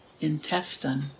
Intestine